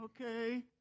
okay